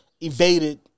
evaded